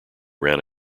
ran